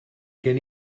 gen